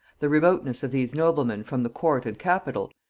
the remoteness of these noblemen from the court and capital,